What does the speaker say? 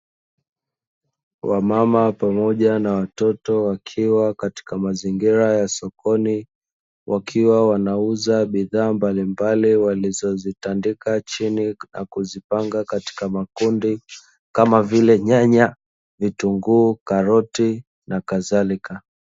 Wamama pamoja na watoto wakiwa katika mazingira ya sokoni, wakiwa wanauza bidhaa mbalimbali walizozitandika chini na kuzipanga katika makundi, kama vile: nyanya, vitunguu, karoti, na kadhalika.